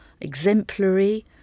exemplary